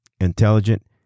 Intelligent